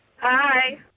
Hi